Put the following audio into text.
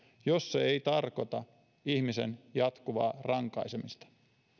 jos se ei tarkoita ihmisen jatkuvaa rankaisemista